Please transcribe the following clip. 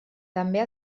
també